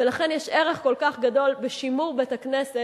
ולכן יש ערך כל כך גדול בשימור בית-הכנסת,